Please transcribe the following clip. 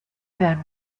been